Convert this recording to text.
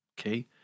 okay